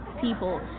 people